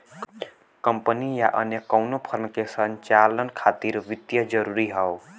company या अन्य कउनो फर्म के संचालन खातिर वित्त जरूरी हौ